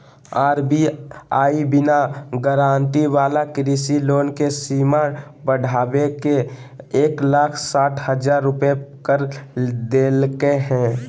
RBI बिना guarantee वाला कृषि लोन के सीमा बढ़ाके एक लाख साठ हजार रुपया कर देलके हें